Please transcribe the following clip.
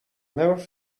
never